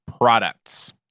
products